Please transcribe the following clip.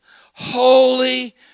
holy